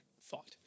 thought